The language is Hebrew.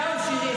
נאור שירי,